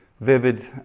vivid